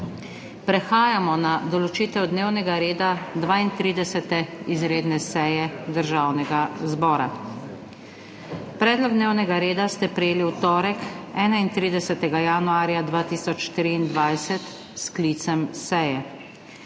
Prehajamo na **določitev dnevnega reda** 32. izredne seje Državnega zbora. Predlog dnevnega reda ste prejeli v torek, 31. januarja 2023, s sklicem seje.